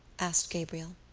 asked gabriel.